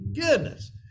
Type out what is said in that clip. goodness